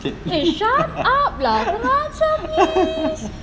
eh shut up lah kurang ajar please